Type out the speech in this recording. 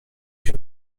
się